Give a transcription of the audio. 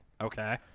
Okay